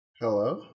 hello